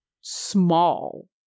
small